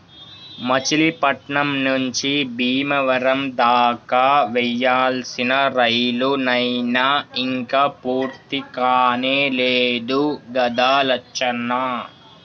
మచిలీపట్నం నుంచి బీమవరం దాకా వేయాల్సిన రైలు నైన ఇంక పూర్తికానే లేదు గదా లచ్చన్న